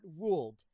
ruled